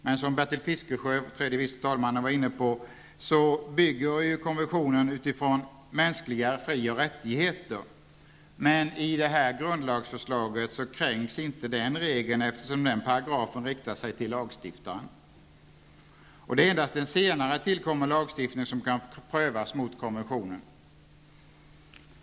Men konventionen bygger på, som trejde vice talman Bertil Fiskesjö var inne på, mänskliga fri och rättigheter. I det här grundlagsförslaget kränks inte den regeln eftersom paragrafen riktar sig till lagstiftaren. Det är endast en senare tillkommen lagstiftning som kan prövas mot konventionen.